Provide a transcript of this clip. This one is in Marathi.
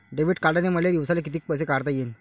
डेबिट कार्डनं मले दिवसाले कितीक पैसे काढता येईन?